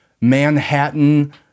Manhattan